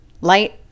light